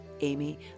Amy